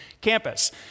campus